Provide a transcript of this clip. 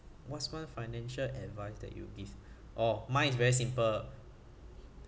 what's one financial advice that you give oh mine is very simple